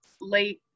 late